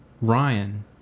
Ryan